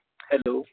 hello